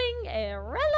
irrelevant